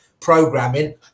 programming